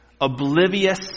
oblivious